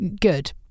good